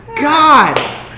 God